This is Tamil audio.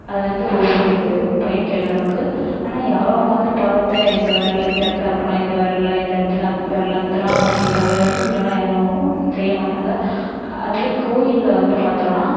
அது வந்து ஒவ்வொரு பயன் கிடைக்கும் நமக்கு ஆனால் யாரோ உட்காந்து பாதத்தை இந்த விரல் இந்த இடத்த அமுக்கினா இந்த விரல்ல இந்த இடத்துல விரல அமுத்தினா நமக்கு இந்த நல்லது கிடைக்குன்லாம் யாரும் செய்ய மாட்டாங்க அதுவே கோயிலில் வந்து பார்த்தோன்னா